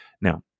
Now